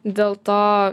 dėl to